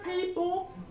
people